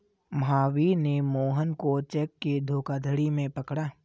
महावीर ने मोहन को चेक के धोखाधड़ी में पकड़ा